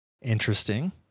Interesting